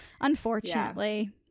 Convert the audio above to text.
Unfortunately